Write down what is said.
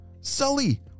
Sully